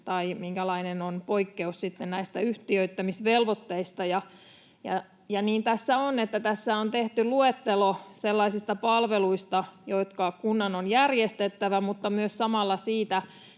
oikeus tai poikkeus näistä yhtiöittämisvelvoitteista on. Tässä on tehty luettelo sellaisista palveluista, jotka kunnan on järjestettävä, mutta myös samalla